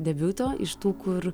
debiuto iš tų kur